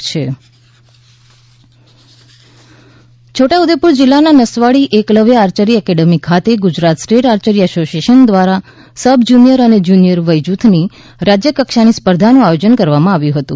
રાજ્ય કક્ષાની સ્પર્ધા છોટા ઉદેપુર જિલ્લાના નસવાડી એકલવ્ય આર્ચરી એકેડેમી ખાતે ગુજરાત સ્ટેટ આર્ચરી એસોસિયેશન દ્વારા સબ જુનિયર અને જુનિયર વય જૂથની રાજ્ય કક્ષાની સ્પર્ધાનું આયોજન કરવામાં આવ્યું હતું